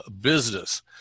business